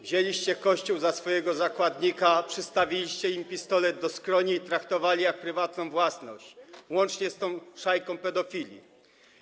Wzięliście Kościół na swojego zakładnika, przystawiliście mu pistolet do skroni i traktowaliście jak prywatną własność, łącznie z tą szajką pedofili.